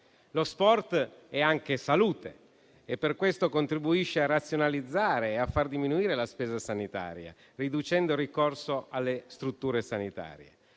Lo sport è anche salute e, per questo, contribuisce a razionalizzare e a far diminuire la spesa sanitaria, riducendo il ricorso alle strutture sanitarie.